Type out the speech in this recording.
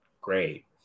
great